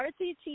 RTT